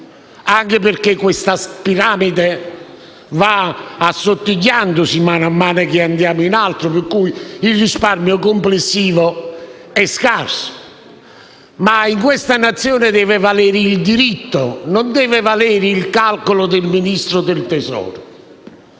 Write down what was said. Anche perché questa piramide va assottigliandosi mano a mano che andiamo in alto e, quindi, il risparmio complessivo è scarso. Ma in questa nazione deve valere il diritto, non il calcolo del Ministro dell'economia